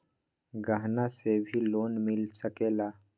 गहना से भी लोने मिल सकेला?